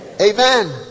Amen